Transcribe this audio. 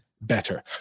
better